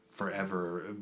Forever